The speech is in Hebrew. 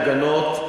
לגנות,